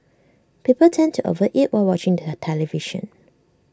people tend to over eat while watching the television